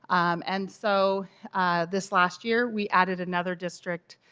um and so this last year we added another district